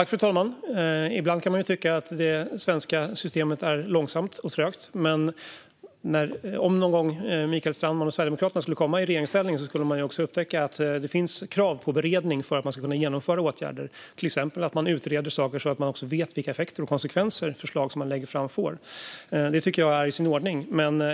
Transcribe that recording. Fru talman! Ibland kan man tycka att det svenska systemet är långsamt och trögt. Om Mikael Strandman och Sverigedemokraterna någon gång skulle komma i regeringsställning skulle de dock upptäcka att det finns krav på beredning för att man ska kunna genomföra åtgärder, till exempel att man utreder saker så att man vet vilka effekter och konsekvenser förslag som man lägger fram får. Det tycker jag är i sin ordning.